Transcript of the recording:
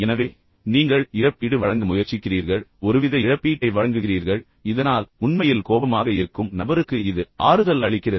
எனவே நீங்கள் இழப்பீடு வழங்க முயற்சிக்கிறீர்கள் ஒருவித இழப்பீட்டை வழங்குகிறீர்கள் இதனால் உண்மையில் கோபமாக இருக்கும் நபருக்கு இது ஆறுதல் அளிக்கிறது